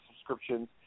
subscriptions